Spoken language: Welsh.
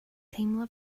teimlo